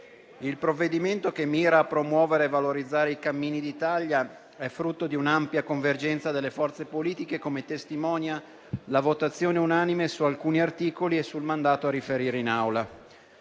Il provvedimento, che mira a promuovere e valorizzare i cammini d'Italia, è frutto di un'ampia convergenza delle forze politiche, come testimonia la votazione unanime su alcuni articoli e sul mandato a riferire in Aula.